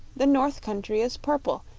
the north country is purple,